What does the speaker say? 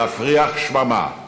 להפריח שממה,